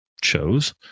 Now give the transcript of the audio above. chose